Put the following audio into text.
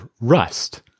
Rust